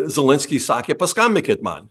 zelenskį sakė paskambykit man